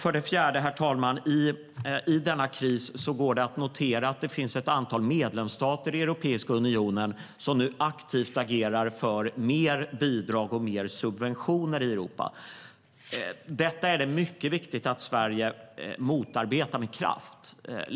För det fjärde går det i denna kris att notera att det finns ett antal medlemsstater i Europeiska unionen som nu aktivt agerar för mer bidrag och mer subventioner i Europa. Det är mycket viktigt att Sverige motarbetar det med kraft.